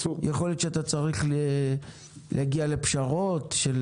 יכול להיות שאתה צריך להגיע לפשרות של